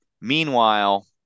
meanwhile